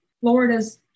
Florida's